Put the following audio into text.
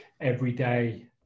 everyday